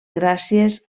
gràcies